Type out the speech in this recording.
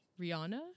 rihanna